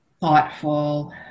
thoughtful